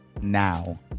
now